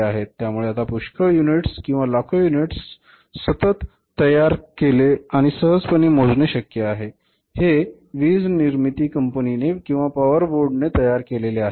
त्यामुळे आता पुष्कळ युनिट्स किंवा लाखो युनिट्स सतयार केले आणि सहजपणे मोजणे शक्य आहे जे वीज निर्मिती कंपनी ने किंवा पॉवर बोर्ड तयार केले आहे